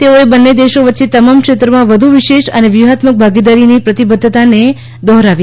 તેઓએ બંને દેશો વચ્ચે તમામ ક્ષેત્રોમાં વધુ વિશેષ અને વ્યૂહાત્મક ભાગીદારીની પ્રતિબદ્ધતાને દોહરાવી હતી